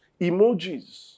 emojis